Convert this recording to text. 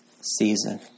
season